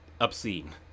obscene